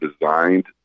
designed